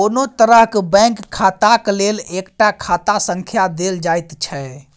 कोनो तरहक बैंक खाताक लेल एकटा खाता संख्या देल जाइत छै